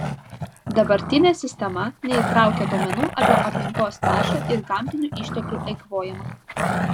dabartinė sistema neįtraukia duomenų apie aplinkos taršą ir gamtinių išteklių eikvojimą